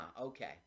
okay